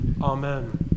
Amen